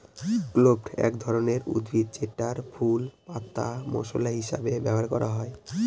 clove এক ধরনের উদ্ভিদ যেটার ফুল, পাতা মশলা হিসেবে ব্যবহার করে